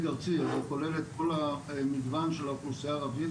ארצי וזה כולל את כל המגוון של האוכלוסייה הערבית,